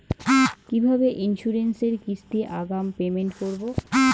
কিভাবে ইন্সুরেন্স এর কিস্তি আগাম পেমেন্ট করবো?